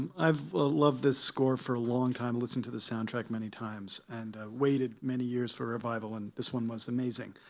um i've loved this score for a long time, listened to the soundtrack many times and waited many years for a revival. and this one was amazing.